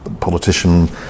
politician